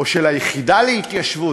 או של היחידה להתיישבות.